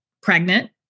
pregnant